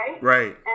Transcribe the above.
right